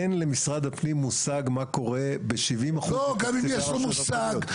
אין למשרד הפנים מושג מה קורה ב-70% --- גם אם יש לו מושג.